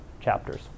chapters